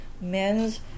men's